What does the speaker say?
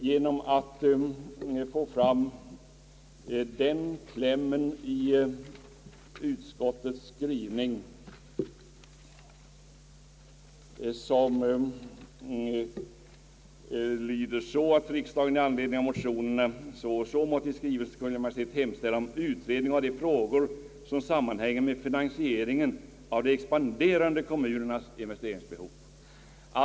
Detta har uppnåtts genom att formulera utskottets hemställan så »att riksdagen i anledning av motionerna I: 314 och II: 382 måtte i skrivelse till Kungl. Maj:t hemställa om utredning av de frågor som sammanhänger med finansieringen av de expanderande kommunernas investeringsbehov».